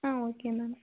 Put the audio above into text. ah okay ma'am